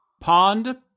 Pond